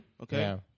Okay